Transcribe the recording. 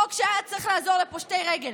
חוק שהיה צריך לעזור לפושטי רגל.